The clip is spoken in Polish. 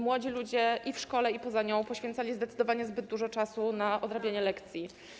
Młodzi ludzie, i w szkole, i poza nią, poświęcali zdecydowanie zbyt dużo czasu na odrabianie lekcji.